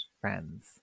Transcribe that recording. friends